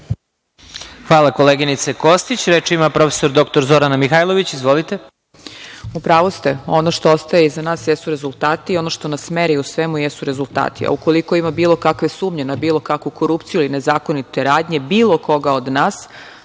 Hvala, koleginice Kostić. Reč ima prof. dr Zorana Mihajlović. Izvolite. **Zorana Mihajlović** U pravu ste. Ono što ostaje iza nas jesu rezultati, ono što nas meri u svemu jesu rezultati, a ukoliko ima bilo kakve sumnje na bilo kakvu korupciju ili nezakonite radnje bilo koga od nas,